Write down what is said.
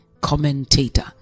commentator